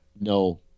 no